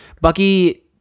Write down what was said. Bucky